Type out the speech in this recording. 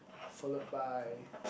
followed by